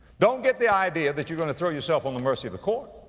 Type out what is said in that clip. don't get the idea that you're going to throw yourself on the mercy of the court.